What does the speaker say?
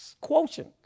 quotient